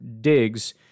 digs